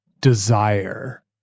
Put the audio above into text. desire